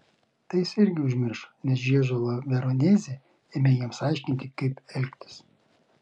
tai jis irgi užmiršo nes žiežula veronezė ėmė jiems aiškinti kaip elgtis